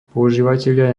používatelia